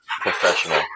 professional